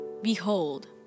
Behold